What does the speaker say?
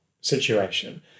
situation